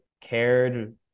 cared